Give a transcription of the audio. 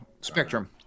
Spectrum